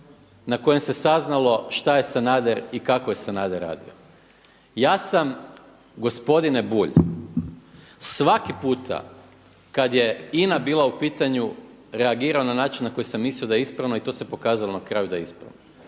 na kojem se saznalo šta je Sanader i kako je Sanader radio. Ja sam gospodine Bulj, svaki puta kada je INA bila u pitanju reagirao na način na koji sam mislio da je ispravno i to se pokazalo na kraju da je ispravno.